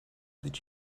did